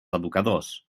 educadors